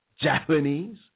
Japanese